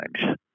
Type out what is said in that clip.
times